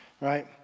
right